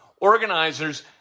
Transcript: Organizers